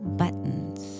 buttons